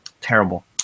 terrible